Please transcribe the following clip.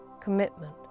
commitment